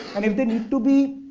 and if they need to be